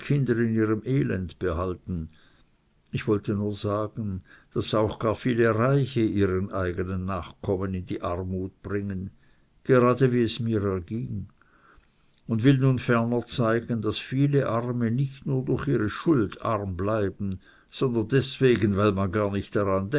kinder in ihrem elend behalten ich wollte nur sagen daß auch gar viele reiche ihre eigenen nachkommen in die armut bringen gerade wie es mir erging und will nun ferner zeigen daß viele arme nicht nur durch ihre schuld arm bleiben sondern deswegen weil man gar nicht daran